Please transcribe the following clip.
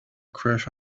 crush